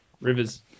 Rivers